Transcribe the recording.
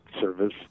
service